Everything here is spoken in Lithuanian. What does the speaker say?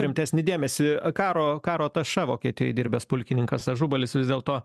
rimtesnį dėmesį karo karo ta ša vokietijoj dirbęs pulkininkas ažubalis vis dėlto